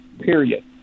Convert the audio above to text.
period